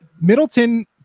Middleton